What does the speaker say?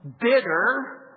bitter